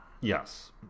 Yes